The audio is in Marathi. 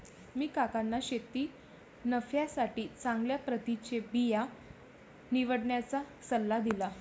मी काकांना शेतीत नफ्यासाठी चांगल्या प्रतीचे बिया निवडण्याचा सल्ला दिला